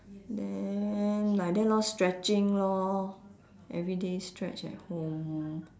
then like that lor stretching lor everyday stretch at home